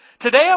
Today